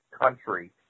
country